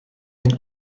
den